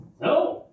no